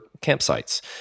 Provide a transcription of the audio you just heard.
campsites